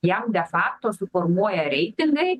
jam de fakto suformuoja reitingai